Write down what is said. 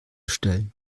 stellen